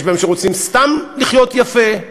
יש בהם שרוצים סתם לחיות יפה,